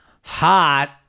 Hot